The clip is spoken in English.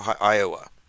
Iowa